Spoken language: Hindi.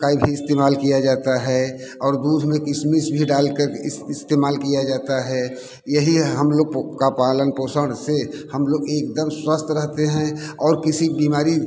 का भी इस्तेमाल किया जाता है और दूध में किशमिश डालकर इस्स इस्तेमाल किया जाता है यह ही हम लोगों का पालन पोषण से हम लोग एकदम स्वस्थ रहते हैं और किसी बीमारी